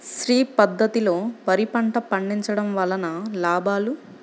శ్రీ పద్ధతిలో వరి పంట పండించడం వలన లాభాలు?